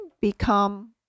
become